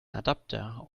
adapter